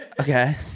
Okay